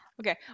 Okay